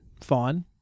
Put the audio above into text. fine